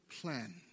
plan